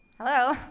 Hello